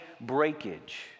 breakage